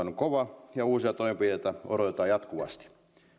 on kova ja uusia toimenpiteitä odotetaan jatkuvasti